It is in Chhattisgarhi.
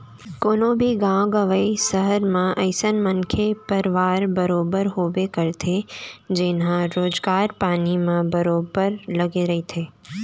कोनो भी गाँव गंवई, सहर म अइसन मनखे परवार बरोबर होबे करथे जेनहा रोजगार पानी म बरोबर लगे रहिथे